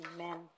Amen